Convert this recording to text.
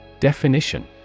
Definition